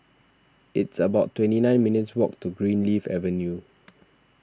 it's about twenty nine minutes' walk to Greenleaf Avenue